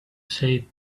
say